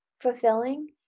fulfilling